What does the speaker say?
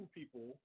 people